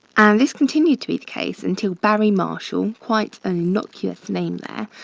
and this continued to be the case until barry marshall, quite a nocuous name there.